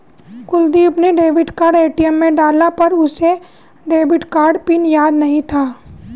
कुलदीप ने debit card ATM में डाला पर उसे डेबिट कार्ड पिन याद नहीं था